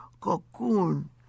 cocoon